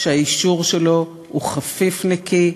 שהאישור שלו הוא חפיפניקי,